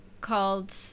called